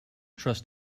trust